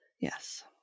Yes